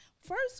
first